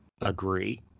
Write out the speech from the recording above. agree